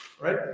Right